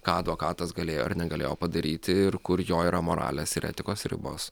ką advokatas galėjo ar negalėjo padaryti ir kur jo yra moralės ir etikos ribos